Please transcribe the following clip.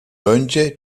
önce